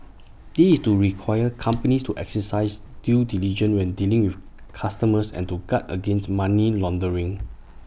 this is to require companies to exercise due diligence when dealing with customers and to guard against money laundering